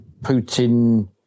Putin